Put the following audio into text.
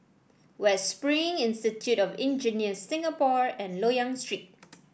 West Spring Institute of Engineers Singapore and Loyang Street